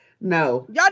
No